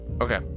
Okay